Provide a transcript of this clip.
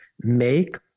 Make